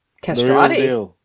Castrati